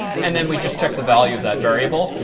and then we just check the value of that variable.